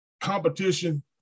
competition